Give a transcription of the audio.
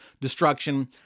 destruction